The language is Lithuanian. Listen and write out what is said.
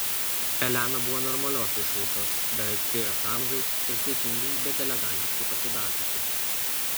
elena buvo normalios išvaizdos beveik fėjos amžiaus ir saikingai bet elegantiškai pasidažiusi